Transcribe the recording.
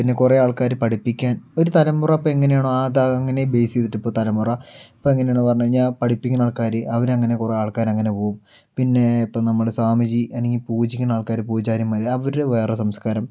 പിന്നെ കുറെ ആൾക്കാർ പഠിപ്പിക്കാൻ ഒരു തലമുറ അപ്പോൾ എങ്ങനെയാണോ അത് അങ്ങനെയേ ബേസ് ചെയ്തിട്ട് ഇപ്പോൾ തലമുറ ഇപ്പോൾ എങ്ങനെയാന്ന് പറഞ്ഞു കഴിഞ്ഞാൾ പഠിപ്പിക്കുന്ന ആൾക്കാർ അവർ അങ്ങനെ കുറെ ആൾക്കാർ അങ്ങനെ പോവും പിന്നെ ഇപ്പം നമ്മൾ സ്വാമിജി അല്ലെങ്കിൽ പൂജിക്കുന്ന ആൾക്കാർ പൂജാരിമാർ അവരുടെ വേറെ സംസ്ക്കാരം